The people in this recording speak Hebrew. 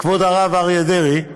כבוד הרב אריה דרעי,